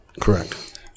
Correct